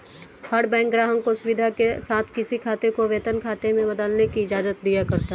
हर bank ग्राहक को सुविधा के साथ किसी खाते को वेतन खाते में बदलने की इजाजत दिया करता है